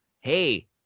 Hey